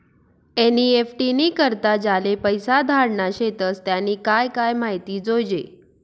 NEFT नी करता ज्याले पैसा धाडना शेतस त्यानी काय काय माहिती जोयजे